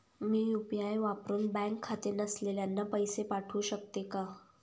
मी UPI वापरुन bank खाते नसलेल्यांना पैसे पाठवू शकते का?